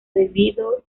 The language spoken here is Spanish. debido